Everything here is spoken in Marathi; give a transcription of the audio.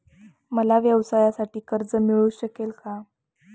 मला व्यवसायासाठी कर्ज मिळू शकेल का?